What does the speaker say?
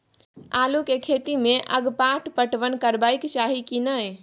आलू के खेती में अगपाट पटवन करबैक चाही की नय?